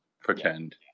Pretend